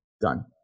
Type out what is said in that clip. done